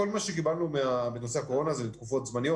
כל מה שקיבלנו בנושא הקורונה זה לתקופות זמניות,